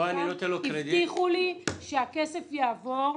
הבטיחו לי שהכסף יעבור.